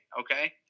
Okay